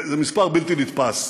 זה מספר בלתי נתפס.